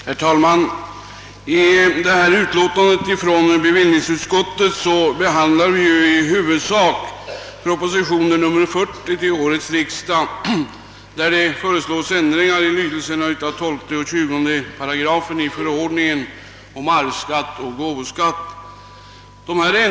Herr talman! I detta utlåtande från bevillningsutskottet behandlas i huvudsak proposition nr 40 till årets riksdag, i vilken föreslås ändringar av 12 och 20 8§ i förordningen om arvsskatt och gåvoskatt.